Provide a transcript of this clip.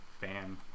fan